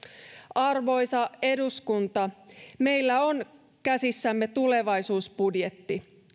arvoisa eduskunta meillä on käsissämme tulevaisuusbudjetti